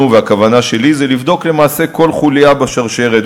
והכוונה שלי זה לבדוק למעשה כל חוליה בשרשרת,